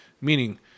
Meaning